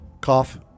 cough